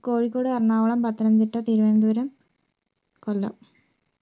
Kozhikode Ernakulam Pathanamthitta Thiruvananthapuram Kollam